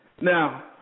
Now